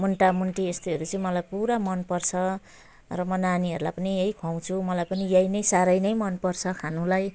मुन्टामुन्टी यस्तोहरू चाहिँ मलाई पुरा मनपर्छ र म नानीहरूलाई पनि यही खुवाउँछु मलाई पनि यही नै साह्रै नै मनपर्छ खानलाई